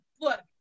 Look